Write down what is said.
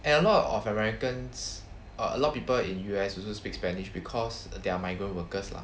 and a lot of americans err a lot people in U_S also speak spanish because they are migrant workers lah